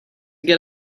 get